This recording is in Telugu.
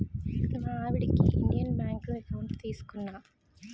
మా ఆవిడకి ఇండియన్ బాంకులోనే ఎకౌంట్ తీసుకున్నా